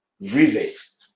rivers